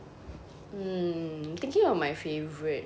hmm thinking of my favourite